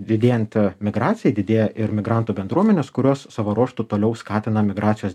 didėjant migracijai didėja ir migrantų bendruomenės kurios savo ruožtu toliau skatina migracijos